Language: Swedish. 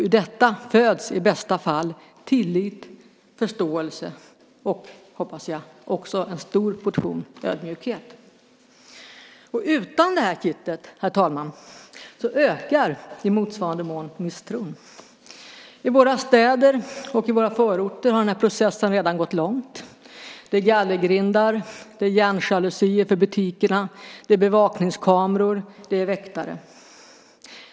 Ur detta föds i bästa fall tillit, förståelse och, hoppas jag, en stor portion ödmjukhet. Utan detta kitt, herr talman, ökar i motsvarande mån misstron. I våra städer och förorter har denna process redan gått långt. Det är gallergrindar, järnjalusier för butikerna, bevakningskameror och väktare.